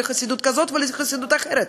לחסידות כזאת ולחסידות אחרת.